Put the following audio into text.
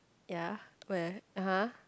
ya where (uh huh)